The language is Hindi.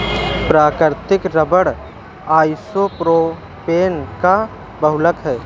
प्राकृतिक रबर आइसोप्रोपेन का बहुलक है